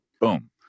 Boom